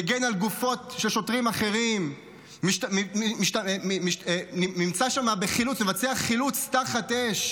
מגן על גופות של שוטרים אחרים, מבצע חילוץ תחת אש,